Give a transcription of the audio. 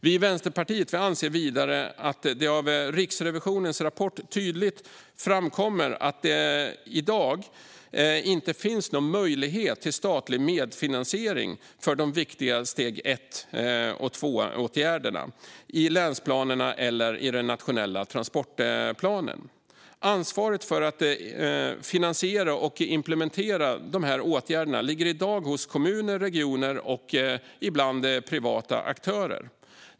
Vi i Vänsterpartiet anser vidare att det av Riksrevisionens rapport tydligt framkommer att det i dag inte finns någon möjlighet till statlig medfinansiering för de viktiga steg 1 och steg 2-åtgärderna i länsplanerna eller i den nationella transportplanen. Ansvaret för att finansiera och implementera dessa åtgärder ligger i dag hos kommuner, hos regioner och ibland hos privata aktörer.